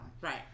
Right